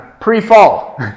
pre-fall